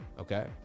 Okay